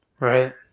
Right